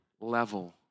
level